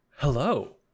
Hello